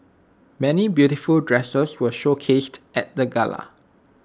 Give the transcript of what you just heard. many beautiful dresses were showcased at the gala